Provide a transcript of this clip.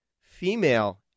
female